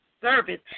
service